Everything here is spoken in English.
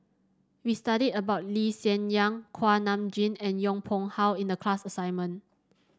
we studied about Lee Hsien Yang Kuak Nam Jin and Yong Pung How in the class assignment